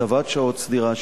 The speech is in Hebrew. הקצבת שעות סדירה,